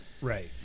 right